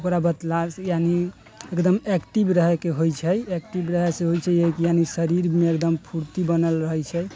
ओकरा बतलाय सँ यानि एकदम एक्टिव रहैके होइ छै एक्टिव रहैसँ होइ छै की यानि शरीरमे एकदम फूर्ती बनल रहै छै